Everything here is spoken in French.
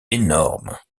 énorme